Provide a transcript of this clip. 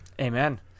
Amen